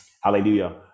hallelujah